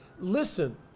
Listen